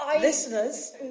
Listeners